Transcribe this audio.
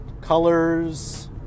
colors